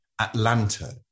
Atlanta